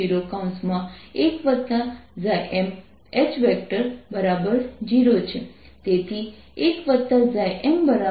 તેથી ફરીથી જો હું લખું છું જો તમે યુનિફોર્મ ચાર્જ ઘનતા ધરાવતા સિલિન્ડર શેલ આપ્યો હોય તો બિંદુ p પર પોટેન્શિયલ અને આ ચાર્જ એલિમેન્ટ છે જે σR ddz છે